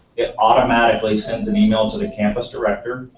it automatically sends and email to the campus director.